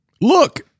Look